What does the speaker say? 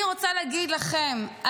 אני רוצה להגיד לכם,